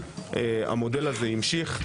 המודל הזה המשיך.